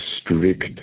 strict